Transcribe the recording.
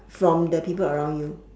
from the people around you